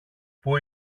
που